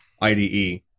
IDE